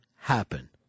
happen